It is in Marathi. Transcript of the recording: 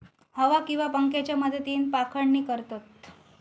हवा किंवा पंख्याच्या मदतीन पाखडणी करतत